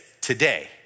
today